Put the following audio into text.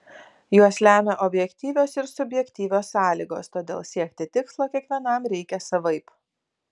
juos lemia objektyvios ir subjektyvios sąlygos todėl siekti tikslo kiekvienam reikia savaip